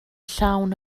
llawn